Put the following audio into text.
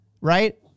right